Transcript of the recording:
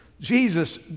Jesus